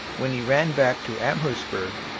when he ran back to amherstburg,